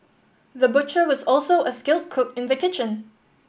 the butcher was also a skilled cook in the kitchen